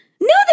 No